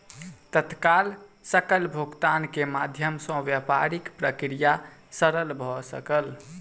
तत्काल सकल भुगतान के माध्यम सॅ व्यापारिक प्रक्रिया सरल भ सकल